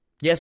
Yes